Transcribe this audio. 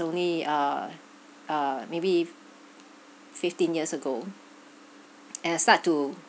only uh uh maybe fifteen years ago and I start to